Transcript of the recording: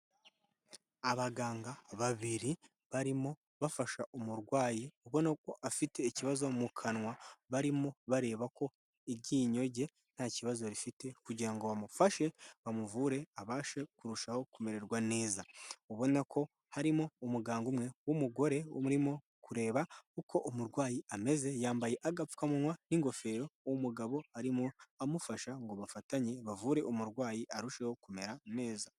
Abaganga babiri barimo bafasha umurwayi ubona ko afite ikibazo mu kanwa, barimo bareba ko iryinyo rye nta kibazo bifite kugira ngo bamufashe bamuvure abashe kurushaho kumererwa neza. Ubona ko harimo umuganga umwe w'umugore urimo kureba uko umurwayi ameze yambaye agapfukamuwa n'ingofero, uwo mugabo arimo amufasha ngo bafatanye bavure umurwayi arusheho kumera neza.